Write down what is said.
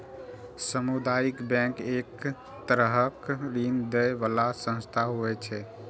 सामुदायिक बैंक एक तरहक ऋण दै बला संस्था होइ छै